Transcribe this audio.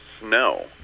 snow